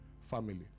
family